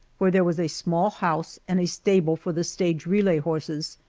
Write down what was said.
where there was a small house and a stable for the stage relay horses,